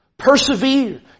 Persevere